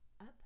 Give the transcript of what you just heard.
up